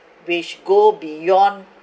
which go beyond